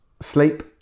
sleep